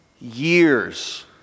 years